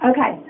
Okay